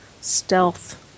stealth